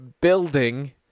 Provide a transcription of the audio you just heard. building